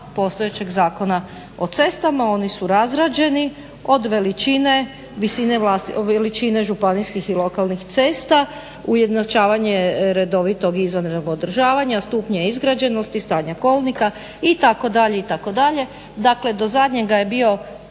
postojećeg Zakona o cestama, oni su razrađeni od veličine, veličine županijskih i lokalnih cesta, ujednačavanje redovitog i izvanrednog održavanja, stupnja izgrađenosti, stanja kolnika itd.,